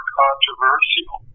controversial